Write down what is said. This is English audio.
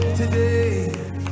Today